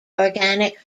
organic